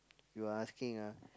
you are asking ah